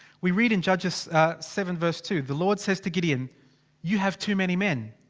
we read in judges seven two, the lord says to gideon you have too many men.